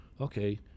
okay